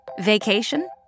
Vacation